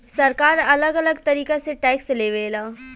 सरकार अलग अलग तरीका से टैक्स लेवे ला